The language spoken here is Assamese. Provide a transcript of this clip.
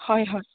হয় হয়